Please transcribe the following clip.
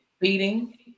feeding